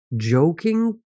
joking